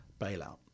bailout